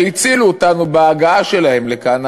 שהצילו אותנו בהגעה שלהם לכאן,